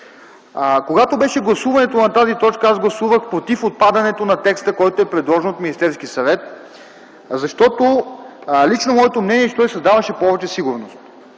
Когато беше гласуването на тази точка, аз гласувах против отпадането на текста, който е предложен от Министерския съвет, защото лично моето мнение е, че той създаваше повече сигурност.